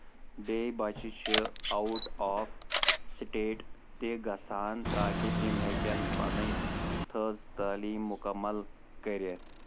بیٚیہِ بَچہٕ چھِ اَوُٹ آف سِٹیٹ تہِ گژھان تَاکہِ تِم ہیٚکن پَنٕنۍ تھٔز تعلیٖم مُکَمل کٔرِتھ